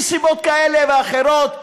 שמסיבות כאלה ואחרות,